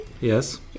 Yes